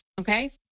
okay